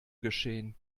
geschehen